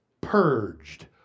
purged